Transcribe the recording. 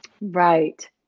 Right